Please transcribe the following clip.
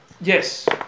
Yes